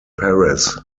paris